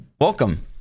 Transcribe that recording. Welcome